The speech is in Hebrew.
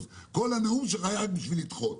כל הנאום שלך היה בשביל לדחות.